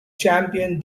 champion